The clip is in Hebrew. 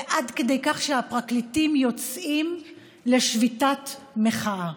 ועד כדי כך שהפרקליטים יוצאים לשביתת מחאה.